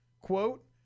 Quote